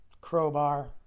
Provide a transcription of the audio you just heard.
crowbar